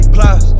Plus